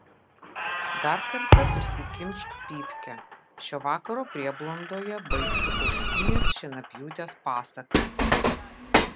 dar kartą prisikimšk pypkę šio vakaro prieblandoje baigsiu auksinės šienapjūtės pasaką